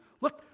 look